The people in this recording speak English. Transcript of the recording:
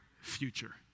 future